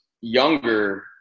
younger